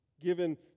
given